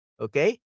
Okay